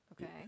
Okay